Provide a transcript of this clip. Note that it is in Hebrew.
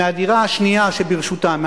מהדירה השנייה שברשותם,